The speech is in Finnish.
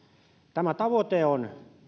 tämä tavoite on